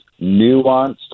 nuanced